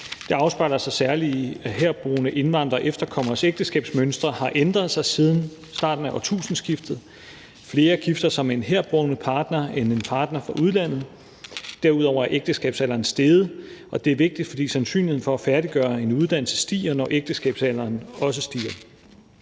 Det afspejler sig særlig i, at herboende indvandrere og efterkommeres ægteskabsmønstre har ændret sig siden starten af årtusindskiftet. Der er flere, der gifter sig med en herboende partner end med en partner fra udlandet. Derudover er ægteskabsalderen steget, og det er vigtigt, fordi sandsynligheden for at færdiggøre en uddannelse stiger, når ægteskabsalderen også stiger.